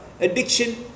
addiction